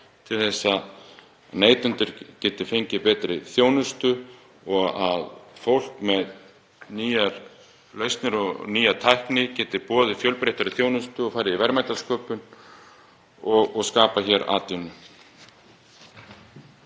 til þess að neytendur geti fengið betri þjónustu og fólk með nýjar lausnir og nýja tækni geti boðið fjölbreyttari þjónustu og farið í verðmætasköpun og skapað hér atvinnu.